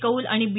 कौल आणि बी